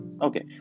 Okay